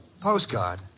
Postcard